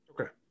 Okay